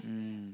mm